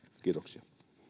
kiitoksia